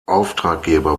auftraggeber